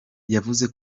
yavuze